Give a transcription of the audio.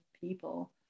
people